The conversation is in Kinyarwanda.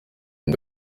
ngo